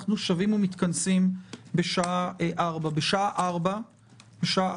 אנחנו שבים ומתכנסים בשעה 16:00. בשעה 16:00